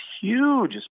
huge